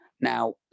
Now